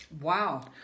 Wow